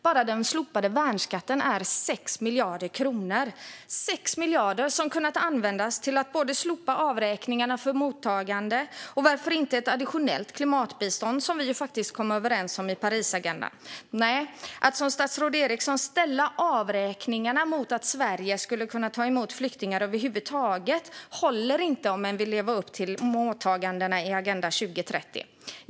Bara den slopade värnskatten är 6 miljarder kronor. Dessa 6 miljarder hade kunnat användas till att slopa avräkningarna för mottagande och varför inte till ett additionellt klimatbistånd, som vi faktiskt kom överens om i Parisagendan. Nej, att som statsrådet Eriksson ställa avräkningarna mot att Sverige inte skulle ta emot flyktingar över huvud taget håller inte om en vill leva upp till åtagandena i Agenda 2030.